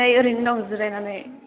नै ओरैनो दं जिरायनानै